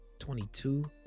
22